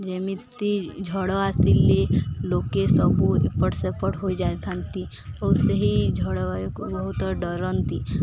ଯେମିତି ଝଡ଼ ଆସିଲେ ଲୋକେ ସବୁ ଏପଟ ସେପଟ ହୋଇଯାଇଥାନ୍ତି ଓ ସେହି ଝଡ଼ବାୟୁକୁ ବହୁତ ଡରନ୍ତି